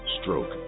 Stroke